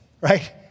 right